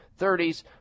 30s